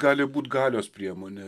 gali būt galios priemonė